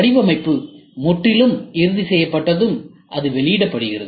வடிவமைப்பு முற்றிலும் இறுதி செய்யப்பட்டதும் அது வெளியிடப்படுகிறது